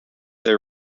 they